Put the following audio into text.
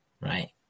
right